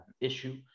issue